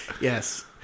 yes